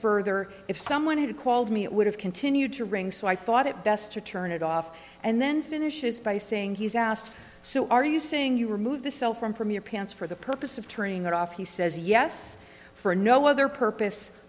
further if someone had called me it would have continued to ring so i thought it best to turn it off and then finishes by saying he's asked so are you saying you remove the cell from from your pants for the purpose of turning that off he says yes for no other purpose